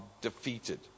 defeated